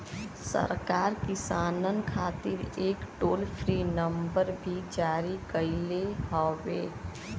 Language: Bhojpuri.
सरकार किसानन खातिर एक टोल फ्री नंबर भी जारी कईले हउवे